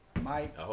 Mike